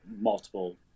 multiple